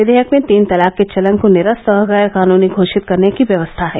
विधेयक में तीन तलाक के चलन को निरस्त और गैरकानूनी घोषित करने की व्यवस्था है